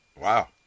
Wow